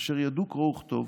אשר ידעו קרוא וכתוב,